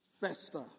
Fester